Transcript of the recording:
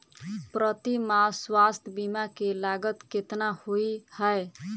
प्रति माह स्वास्थ्य बीमा केँ लागत केतना होइ है?